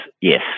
Yes